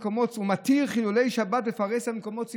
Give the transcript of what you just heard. חילולי שבת בפרהסיה במקומות,